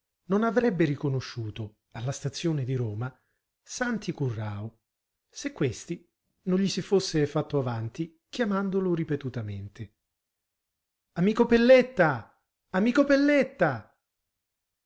non avrebbe riconosciuto alla stazione di roma santi currao se questi non gli si fosse fatto avanti chiamandolo ripetutamente amico pelletta amico pelletta